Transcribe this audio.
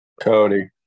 Cody